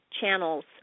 channels